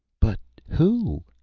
but who?